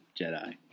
Jedi